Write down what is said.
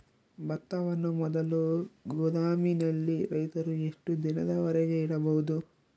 ಭತ್ತವನ್ನು ಮೊದಲು ಗೋದಾಮಿನಲ್ಲಿ ರೈತರು ಎಷ್ಟು ದಿನದವರೆಗೆ ಇಡಬಹುದು?